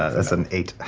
that's an eight.